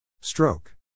Stroke